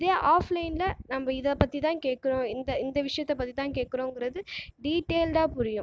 இதே ஆப்லைனில் நம்ம இதை பற்றி தான் கேட்கிறோம் இந்த இந்த விஷயத்தை பற்றி தான் கேட்கிறோம் என்கிறது டீடைல்டாக புரியும்